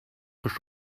кош